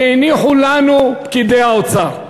שהניחו לנו פקידי האוצר.